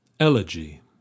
ELEGY